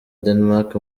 denmark